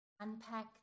unpack